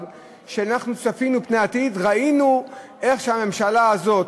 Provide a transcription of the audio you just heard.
כשצפינו פני עתיד וראינו שהממשלה הזאת